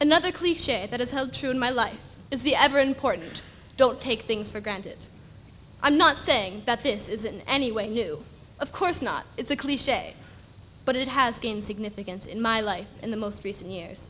another cliche that has held true in my life is the ever important don't take things for granted i'm not saying that this is in any way new of course not it's a cliche but it has been significance in my life in the most recent years